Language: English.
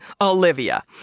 Olivia